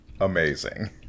amazing